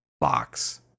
box